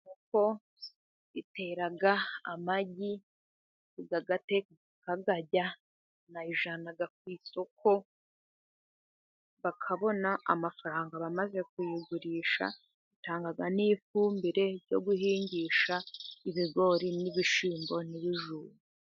Inkuoko itera amagi tukayateka tukayarya, bayajyana ku isoko, bakabona amafaranga bamaze kuyigurisha, itanga n'ifumbire ryo guhingisha ibigori, n'ibishyimbo, n'ibijumba.